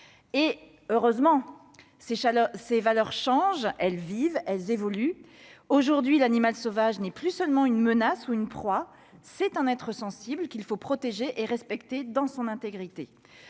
Et, heureusement, ces valeurs changent ; elles vivent, elles évoluent. Aujourd'hui, l'animal sauvage n'est plus seulement une menace ou une proie. C'est un être sensible, qu'il faut protéger et respecter dans son intégrité.